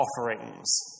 offerings